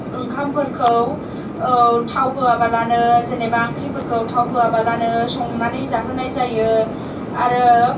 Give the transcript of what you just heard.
ओंखामफोरखौ थाव होवाबालानो जेनेबा ओंख्रिफोरखौ थाव होवाबालानो संनानै जाहोनाय जायो आरो